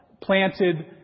planted